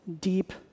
deep